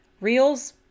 Reels